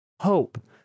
hope